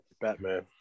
Batman